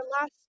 last